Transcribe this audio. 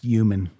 Human